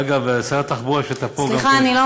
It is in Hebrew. אגב, שר התחבורה, כשאתה פה גם כן, סליחה, אני לא